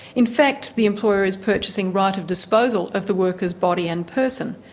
in fact, the employer is purchasing right of disposal of the worker's body and person,